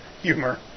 humor